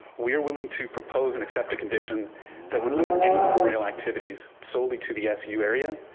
we are willing to propose and accept a condition that would limit any memorial activities solely to the su area,